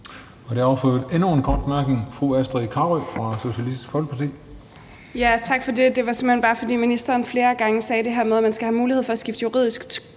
Det afføder endnu en kort bemærkning. Fru Astrid Carøe fra Socialistisk Folkeparti. Kl. 18:43 Astrid Carøe (SF): Tak for det. Det var såmænd bare, fordi ministeren flere gange sagde det her med, at man skal have mulighed for at skifte juridisk